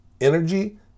energy